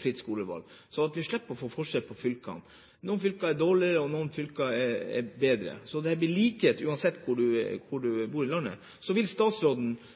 fritt skolevalg, slik at vi kan slippe å få forskjell på fylkene – noen fylker er dårlige, og noen fylker er bedre – slik at det blir likhet uansett hvor man bor i landet? Vil statsråden nå – forhåpentligvis – legge fram en ny lov som gjør at alle blir stilt likt, uansett